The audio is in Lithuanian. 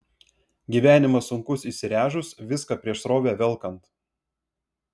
gyvenimas sunkus įsiręžus viską prieš srovę velkant